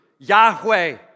Yahweh